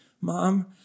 mom